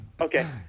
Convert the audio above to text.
Okay